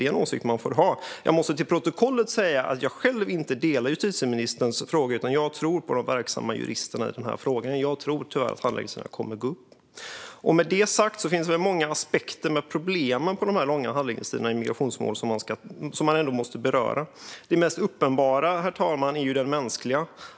Det är en åsikt som man får ha. Till protokollet måste jag dock säga att jag själv inte delar justitieministerns åsikt, utan jag tror på de verksamma juristerna i fråga om att handläggningstiderna tyvärr kommer att bli längre. Med det sagt finns det många aspekter på problemen med de långa handläggningstiderna i migrationsmål som man ändå måste beröra. Det mest uppenbara är den mänskliga.